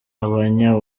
abanya